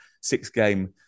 six-game